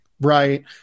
Right